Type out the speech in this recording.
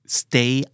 stay